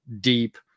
deep